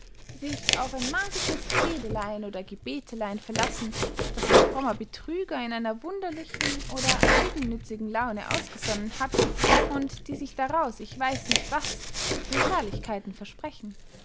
die sich auf ein magisches zedelein oder gebetlein verlassen das ein frommer betrüger in einer wunderlichen oder eigennützigen laune ausgesonnen hat und die sich daraus ich weiß nicht was für herrlichkeiten versprechen